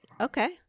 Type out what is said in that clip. okay